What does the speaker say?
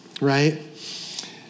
right